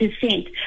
percent